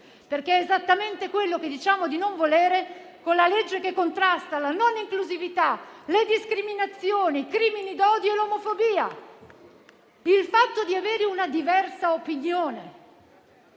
unico. È esattamente quello che diciamo di non volere con la legge che contrasta la non inclusività, le discriminazioni, i crimini d'odio e l'omofobia. Il fatto di avere una diversa opinione